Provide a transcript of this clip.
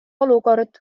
olukord